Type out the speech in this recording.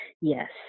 Yes